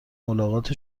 ملاقات